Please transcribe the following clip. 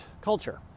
culture